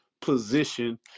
position